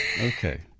Okay